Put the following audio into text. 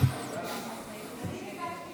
אני ביקשתי